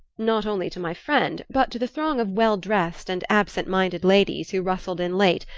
not only to my friend, but to the throng of well-dressed and absent-minded ladies who rustled in late,